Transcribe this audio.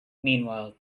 meanwhile